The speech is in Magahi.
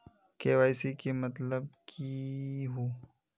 के.वाई.सी के मतलब केहू?